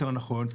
יותר נכון,